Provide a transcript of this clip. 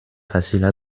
faciles